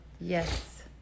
Yes